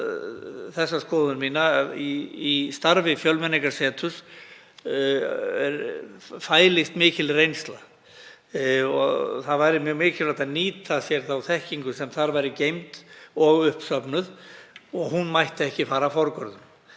á þá skoðun mína að í starfi Fjölmenningarseturs fælist mikil reynsla og mjög mikilvægt væri að nýta sér þá þekkingu sem þar væri geymd og uppsöfnuð og hún mætti ekki fara forgörðum,